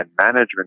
management